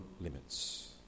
limits